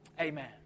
Amen